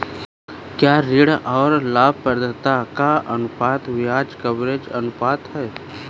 क्या ऋण और लाभप्रदाता का अनुपात ब्याज कवरेज अनुपात है?